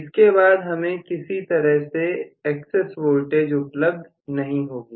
इसके बाद हमें किसी तरह की एक्सेस वोल्टेज उपलब्ध नहीं होगी